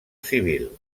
civil